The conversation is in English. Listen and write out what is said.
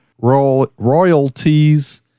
royalties